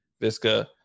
Visca